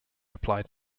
applied